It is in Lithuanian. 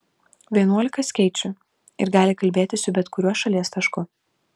vienuolika skaičių ir gali kalbėti su bet kuriuo šalies tašku